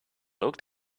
looked